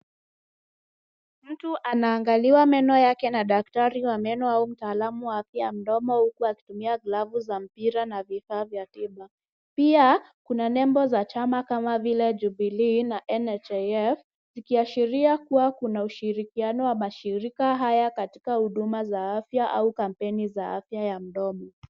Mtu anaangaliwa meno yake na daktari wa meno au mtaalamu wa mdomo huku akitumia glavu ya mpira na vifaa vya tiba. Pia kuna nembo za chama kama vile Jubilee na NHIF zikiashiria kuwa kuna uhusiano wa mashirika haya katika huduma za afya au kampeni z aafya ya mdomo.